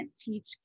teach